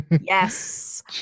Yes